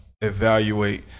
evaluate